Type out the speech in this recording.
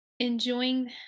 Enjoying